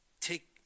take